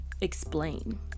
explain